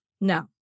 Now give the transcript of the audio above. No